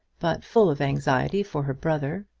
but full of anxiety for her brother.